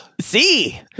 See